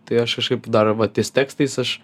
tai aš kažkaip dar va ties tekstais aš